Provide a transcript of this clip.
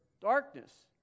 Darkness